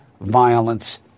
violence